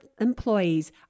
employees